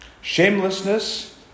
Shamelessness